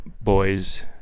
Boys